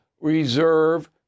reserve